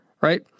Right